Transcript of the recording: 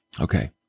Okay